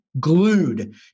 glued